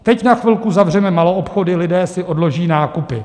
Teď na chvilku zavřeme maloobchody, lidé si odloží nákupy.